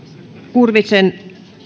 kurvisen